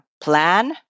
plan